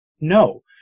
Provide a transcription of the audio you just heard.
No